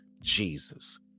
Jesus